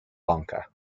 lanka